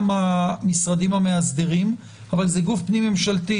המשרדים המאסדרים אבל זה גוף פנים ממשלתי.